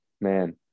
man